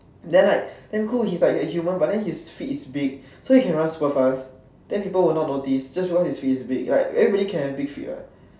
than like damn cool he's like a human but than his feet is big so he can run super fast than people will not notice just because his feet is big like everyone can have big feet what